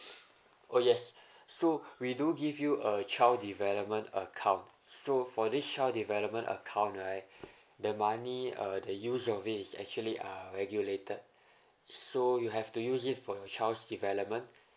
oh yes so we do give you a child development account so for this child development account right the money uh the use of it is actually uh regulated so you have to use it for your child's development